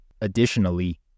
Additionally